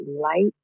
light